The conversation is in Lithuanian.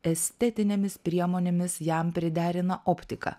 estetinėmis priemonėmis jam priderina optiką